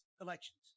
elections